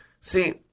See